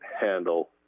handle